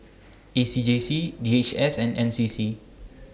A C J C D H S and N C C